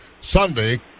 Sunday